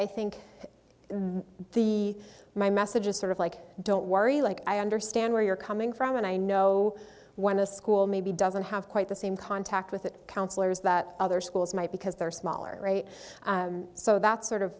i think the my message is sort of like don't worry like i understand where you're coming from and i know when a school maybe doesn't have quite the same contact with it counselors that other schools might because they're smaller rate so that's sort of